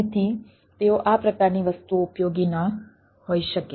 તેથી તેઓ આ પ્રકારની વસ્તુઓ ઉપયોગી ન હોઈ શકે